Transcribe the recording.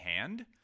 hand